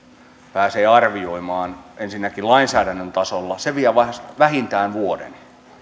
pääsee arvioimaan ensinnäkin lainsäädännön tasolla vie vähintään vuoden